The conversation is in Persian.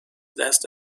دست